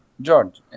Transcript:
George